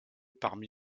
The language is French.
parmi